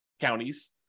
counties